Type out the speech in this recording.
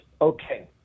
Okay